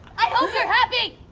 i hope you're happy!